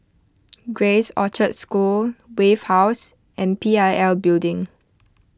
Grace Orchard School Wave House and P I L Building